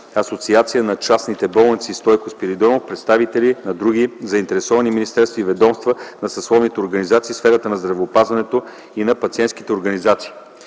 асоциация на частните болници д-р Стойко Спиридонов, представители на други заинтересовани министерства и ведомства, на съсловните организации в сферата на здравеопазването и на пациентски организации.